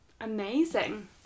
Amazing